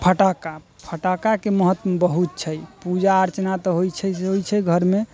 फटाका फटाकाके महत्व बहुत छै पूजा अर्चना तऽ होइछै से होइ छै घरमे